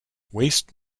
waste